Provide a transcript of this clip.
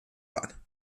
waren